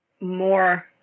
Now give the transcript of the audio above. more